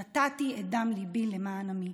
נתתי את דם ליבי למען עמי".